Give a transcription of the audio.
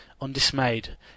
Undismayed